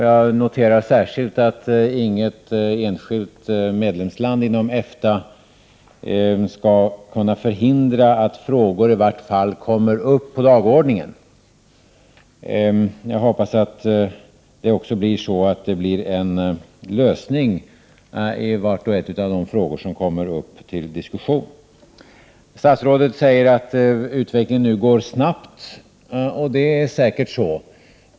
Jag noterar särskilt att inget enskilt medlemsland inom EFTA skall kunna förhindra att frågor i vart fall kommer upp på dagordningen. Jag hoppas att det också går att finna en lösning på de problem som kommer upp till diskussion. Statsrådet säger att utvecklingen nu går snabbt, och det är säkert så.